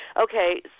Okay